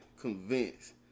convinced